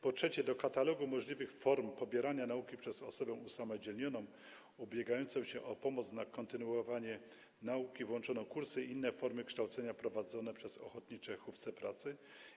Po trzecie, do katalogu możliwych form pobierania nauki przez osobę usamodzielnioną ubiegającą się o pomoc na kontynuowanie nauki włączono kursy i inne formy kształcenia prowadzone przez Ochotnicze Hufce Pracy.